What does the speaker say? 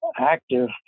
active